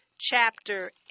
chapter